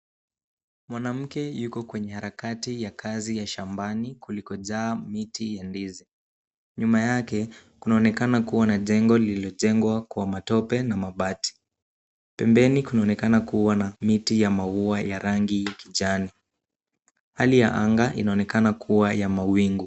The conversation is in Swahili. Mwanamke yuko kwenye harakati ya kazi ya shambani kulikojaa miti ya ndizi. Nyuma yake kunaonekana kuwa na jengo lililojengwa kwa matope na mabati. Pembeni kunaonekana kuwa na miti ya maua ya rangi ya kijani. Hali ya anga inaonekana kuwa ya mawingu.